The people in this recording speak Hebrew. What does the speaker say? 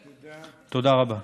תודה רבה.